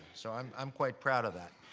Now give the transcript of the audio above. so i'm i'm quite proud of that.